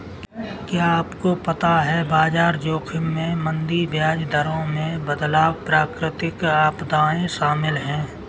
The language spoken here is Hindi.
क्या आपको पता है बाजार जोखिम में मंदी, ब्याज दरों में बदलाव, प्राकृतिक आपदाएं शामिल हैं?